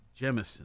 Jemison